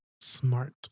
Smart